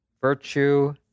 virtue